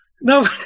No